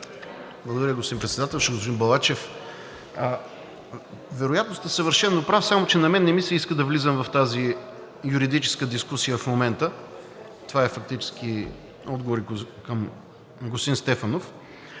Благодаря, господин Председател. Господин Балачев, вероятно сте съвършено прав, само че на мен не ми се иска да влизам в тази юридическа дискусия в момента, това е фактически отговор и към господин Стефанов.